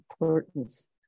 importance